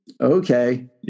okay